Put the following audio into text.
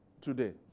today